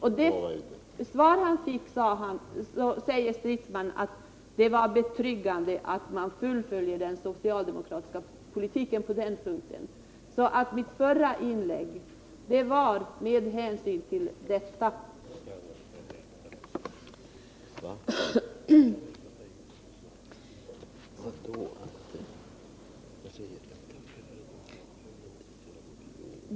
Det svar han fick, säger herr Stridsman, var betryggande, nämligen att man skulle fullfölja den socialdemokratiska politiken på den punkten. Mitt förra inlägg gjordes med hänsyn till detta.